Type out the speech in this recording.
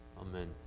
Amen